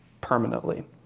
permanently